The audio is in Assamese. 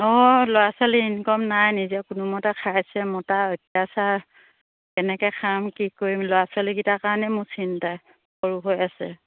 অঁ ল'ৰা ছোৱালী ইনকম নাই নিজে কোনোমতে খাইছে মতা অত্যাচাৰ কেনেকৈ খাম কি কৰিম ল'ৰা ছোৱালীকেইটাৰ কাৰণে মোৰ চিন্তা সৰু হৈ আছে